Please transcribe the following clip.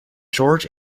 george